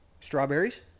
strawberries